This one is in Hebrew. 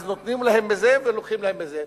אז נותנים להן מזה ולוקחים להן מזה.